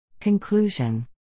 Conclusion